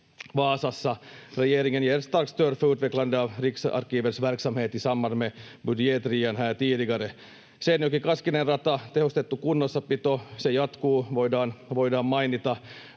Vaasassa. Regeringen ger ett starkt stöd för utvecklandet av Riksarkivets verksamhet i samband med budgetrian här tidigare. Seinäjoki—Kaskinen-radan tehostettu kunnossapito jatkuu, voidaan mainita.